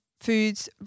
foods